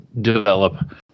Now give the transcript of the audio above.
develop